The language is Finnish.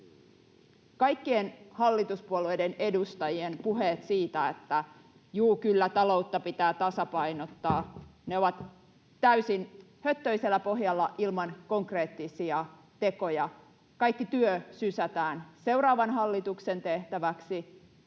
Kaikkien hallituspuolueiden edustajien puheet siitä, että juu, kyllä, taloutta pitää tasapainottaa, ovat täysin höttöisellä pohjalla ilman konkreettisia tekoja. Kaikki työ sysätään seuraavan hallituksen tehtäväksi,